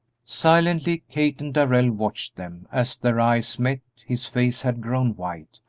silently kate and darrell watched them as their eyes met, his face had grown white,